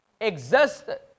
existed